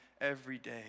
everyday